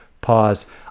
pause